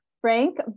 Frank